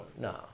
no